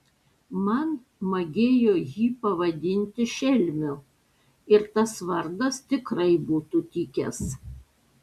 man magėjo jį pavadinti šelmiu ir tas vardas tikrai būtų tikęs